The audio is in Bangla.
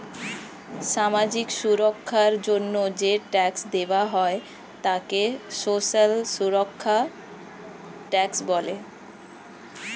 সামাজিক সুরক্ষার জন্য যে ট্যাক্স দেওয়া হয় তাকে সোশ্যাল সুরক্ষা ট্যাক্স বলে